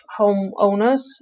homeowners